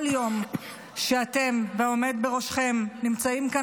כל יום שאתם והעומד בראשכם נמצאים כאן